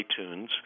iTunes